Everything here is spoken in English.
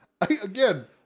again